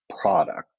product